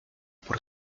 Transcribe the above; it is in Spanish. por